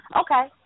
Okay